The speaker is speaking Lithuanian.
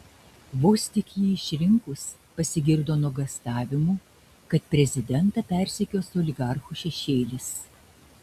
vos tik jį išrinkus pasigirdo nuogąstavimų kad prezidentą persekios oligarchų šešėlis